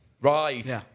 Right